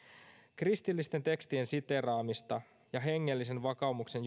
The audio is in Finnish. kristillisten tekstien siteeraamisesta ja hengellisen vakaumuksen